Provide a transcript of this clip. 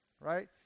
right